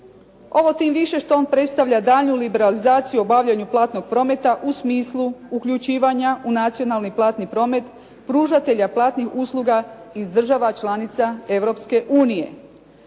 Ovo tim više što on predstavlja daljnju liberalizaciju obavljanju platnog prometa u smislu uključivanja u nacionalni platni promet pružatelja platnih usluga iz država članica